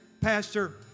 Pastor